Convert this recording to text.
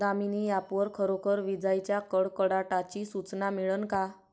Damini app वर खरोखर विजाइच्या कडकडाटाची सूचना मिळन का?